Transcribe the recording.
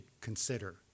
consider